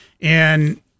And-